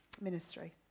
ministry